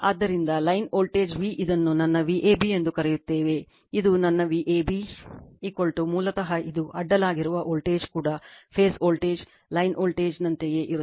ಆದ್ದರಿಂದ line voltage V ಇದನ್ನು ನನ್ನ Vab ಎಂದು ಕರೆಯುತ್ತೇವೆ ಇದು ನನ್ನ Vab ಮೂಲತಃ ಇದು ಅಡ್ಡಲಾಗಿರುವ ವೋಲ್ಟೇಜ್ ಕೂಡ ಫೇಸ್ ವೋಲ್ಟೇಜ್ ಲೈನ್ ವೋಲ್ಟೇಜ್ನಂತೆಯೇ ಇರುತ್ತದೆ